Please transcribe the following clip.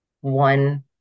one